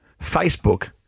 Facebook